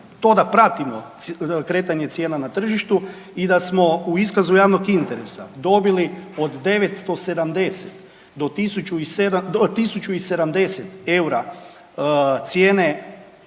To da pratimo kretanje cijena na tržištu i da smo u iskazu javnog interesa dobili od 970 do, od 1 070 eura cijene